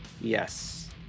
Yes